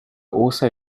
also